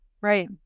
Right